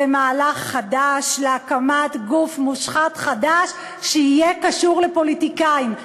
זה מהלך חדש להקמת גוף מושחת חדש שיהיה קשור לפוליטיקאים.